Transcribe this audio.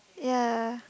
ya